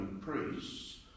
priests